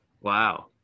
Wow